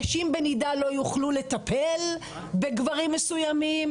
נשים בנידה לא יוכלו לטפל בגברים מסוימים,